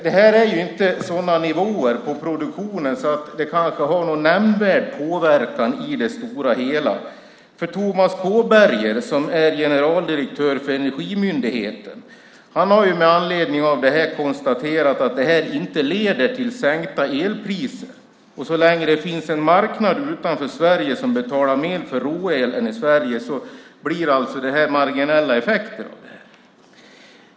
Det är ju inte sådana nivåer på produktionen att det kan ha någon nämnvärd påverkan på det stora hela. Tomas Kåberger, som är generaldirektör för Energimyndigheten, har ju med andledning av det här konstaterat att det inte leder till sänkta elpriser. Och så länge det finns en marknad utanför Sverige som betalar mer för råel än i Sverige blir det alltså marginella effekter av det här.